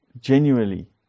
genuinely